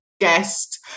guest